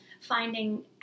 finding